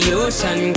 ocean